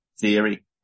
Theory